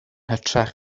hytrach